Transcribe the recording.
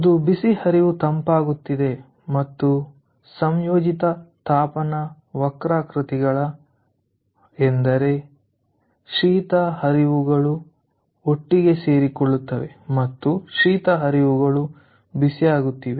ಅದು ಬಿಸಿ ಹರಿವು ತಂಪಾಗುತ್ತಿದೆ ಮತ್ತು ಸಂಯೋಜಿತ ತಾಪನ ವಕ್ರಾಕೃತಿಗಳ ಎಂದರೆ ಶೀತ ಹರಿವುಗಳು ಒಟ್ಟಿಗೆ ಸೇರಿಕೊಳ್ಳುತ್ತವೆ ಮತ್ತು ಶೀತ ಹರಿವುಗಳು ಬಿಸಿಯಾಗುತ್ತಿವೆ